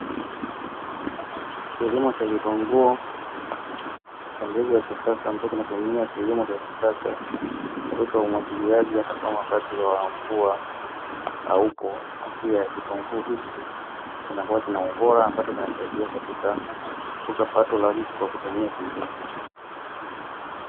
Kilimo cha vitunguu cha mbegu ya kisasa ambacho kinatumia kilimo cha kisasa. Katika umwagiliaji; hata kama wakati wa mvua haupo, afya ya kitunguu hiki kinakuwa kina ubora ,ambacho kinasaidia katika kukuza pato la nchi kwa kutumia kilimo.